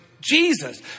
Jesus